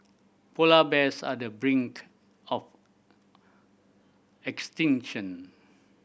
polar bears are the brink of extinction